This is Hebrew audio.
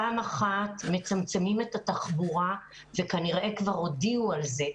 פעם אחת מצמצמים את התחבורה וכנראה כבר הודיעו על זה.